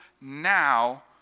now